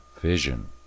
vision